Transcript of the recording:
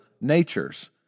natures